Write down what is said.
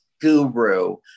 guru